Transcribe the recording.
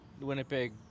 Winnipeg